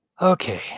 Okay